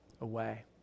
away